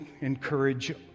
encourage